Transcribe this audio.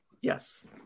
yes